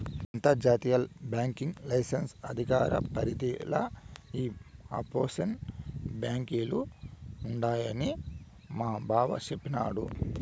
అంతర్జాతీయ banking license అధికార పరిదిల ఈ ఆప్షోర్ బాంకీలు ఉండాయని మాబావ సెప్పిన్నాడు